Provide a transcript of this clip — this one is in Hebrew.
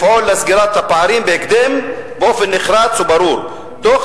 לפעול לסגירת הפערים בהקדם באופן נחרץ וברור תוך